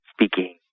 speaking